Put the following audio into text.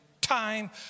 time